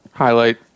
Highlight